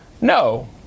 No